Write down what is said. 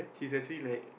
he's actually like